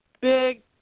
big